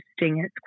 interesting